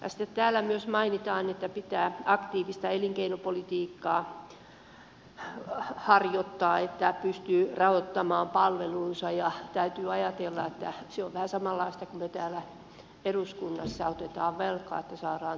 sitten täällä myös mainitaan että pitää aktiivista elinkeinopolitiikkaa harjoittaa että pystyy rahoittamaan palvelunsa ja täytyy ajatella että se on vähän samanlaista kun me täällä eduskunnassa otamme velkaa että saadaan toimintaa pyörittää